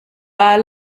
par